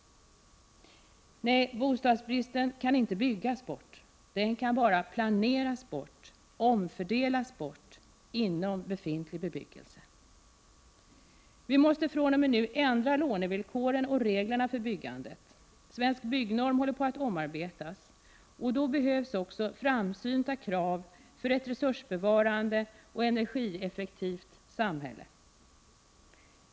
Nej, bostadsbristen kan inte byggas bort. Den kan bara planeras bort — omfördelas bort — inom befintlig bebyggelse! Vi måste från och med nu ändra lånevillkoren och reglerna för byggandet. Svensk byggnorm håller på att omarbetas och då behövs också framsynta krav för ett resursbevarande och energieffektivt samhälle.